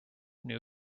new